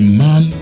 man